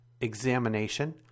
examination